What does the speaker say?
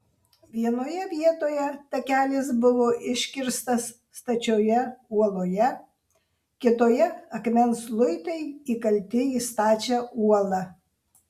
vienoje vietoje takelis buvo iškirstas stačioje uoloje kitoje akmens luitai įkalti į stačią uolą